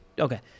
Okay